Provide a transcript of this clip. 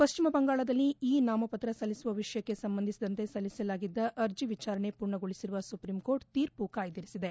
ಪಶ್ಚಿಮ ಬಂಗಾಳದಲ್ಲಿ ಇ ನಾಮಪತ್ರ ಸಲ್ಲಿಸುವ ವಿಷಯಕ್ಷೆ ಸಂಬಂಧಿಸಿದಂತೆ ಸಲ್ಲಿಸಲಾಗಿದ್ದ ಅರ್ಜಿ ವಿಚಾರಣೆ ಪೂರ್ಣಗೊಳಿಸಿರುವ ಸುಪ್ರೀಂ ಕೋರ್ಟ್ ತೀರ್ಮ ಕಾಯ್ದಿರಿಸಿದೆ